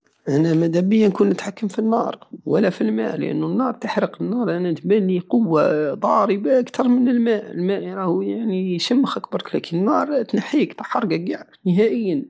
انا مدابية نكون نتحكم في النار ولا في الماء لانو النار تحرق النار انا تبانلي قوة ضاربة كتر من الماء- الماء راه يشمخك برك لكن النار تنحيك تحرقك قع نهائيا